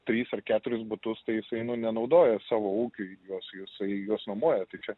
trys ar keturis butus tai jisai nu nenaudoja savo ūkiui juos jisai juos nuomoja tai čia